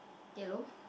yellow